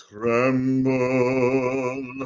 Tremble